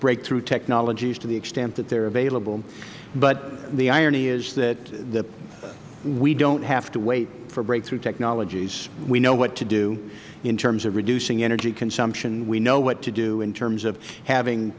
breakthrough technologies to the extent that they are available but the irony is that we don't have to wait for breakthrough technologies we know what to do in terms of reducing energy consumption we know what to do in terms of having